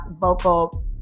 vocal